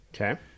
Okay